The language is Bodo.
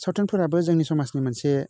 सावथुनफोराबो जोंनि समाजनि मोनसे